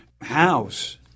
House